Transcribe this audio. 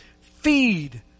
feed